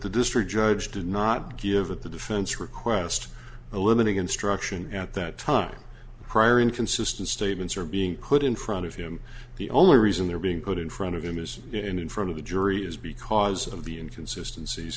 the district judge did not give the defense request a limiting instruction at that time prior inconsistent statements are being put in front of him the only reason they're being put in front of him is and in front of the jury is because of the inconsistency